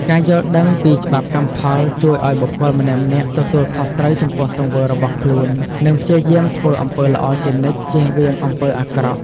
ការយល់ដឹងពីច្បាប់កម្មផល ជួយឲ្យបុគ្គលម្នាក់ៗទទួលខុសត្រូវចំពោះទង្វើរបស់ខ្លួន និងព្យាយាមធ្វើអំពើល្អជានិច្ច ជៀសវាងអំពើអាក្រក់។